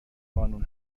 قانون